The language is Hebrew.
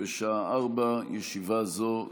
בשעה 16:00. ישיבה זו נעולה.